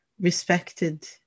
respected